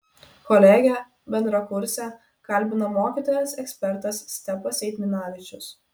kolegę bendrakursę kalbina mokytojas ekspertas stepas eitminavičius